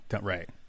Right